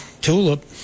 tulip